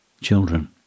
children